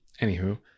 anywho